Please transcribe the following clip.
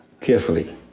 carefully